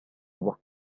وقت